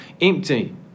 empty